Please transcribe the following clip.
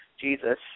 Jesus